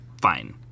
fine